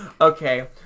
okay